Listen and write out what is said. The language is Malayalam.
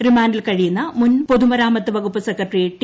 റിമാൻഡിൽ കഴിയുന്ന മുൻ പൊതുമരാമത്ത് വകുപ്പ് സെക്രട്ടറി ടി